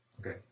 Okay